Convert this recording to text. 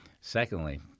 Secondly